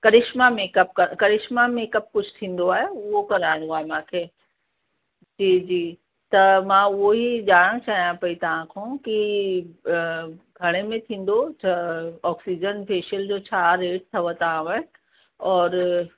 करिश्मा makeup क करिश्मा makeup कुझु थींदो आहे उहो कराइणो आहे मूंखे जी जी त मां उहो ई ॼाणण चाहियां पई तव्हां खां की घणे में थींदो त ऑक्सीजन फेशियल जो छा रेट अथव तव्हां वटि और